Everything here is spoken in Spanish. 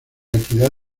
equidad